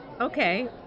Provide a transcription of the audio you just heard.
Okay